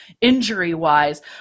injury-wise